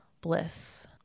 bliss